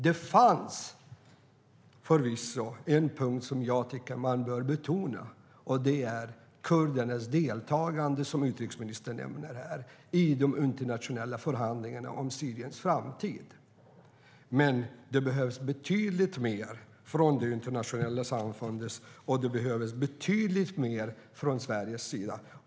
Det fanns förvisso en punkt som jag tycker att man bör betona. Det är kurdernas deltagande i de internationella förhandlingarna om Syriens framtid, som utrikesministern nämnde. Men det behövs betydligt mer från det internationella samfundet, och det behövs betydligt mer från Sverige.